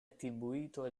attribuito